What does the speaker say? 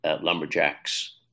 lumberjacks